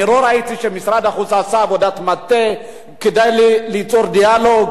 אני לא ראיתי שמשרד החוץ עשה עבודת מטה כדי ליצור דיאלוג,